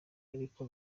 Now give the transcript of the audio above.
ariko